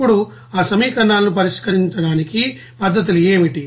ఇప్పుడు ఆ సమీకరణాలను పరిష్కరించడానికి పద్ధతులు ఏమిటి